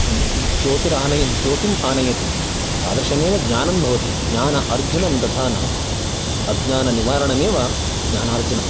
ज्योतिरानय ज्योतिं आनयति तादृशमेव ज्ञानं भवति ज्ञान अर्जनं तथा न अज्ञाननिवारणमेव ज्ञानार्जनम्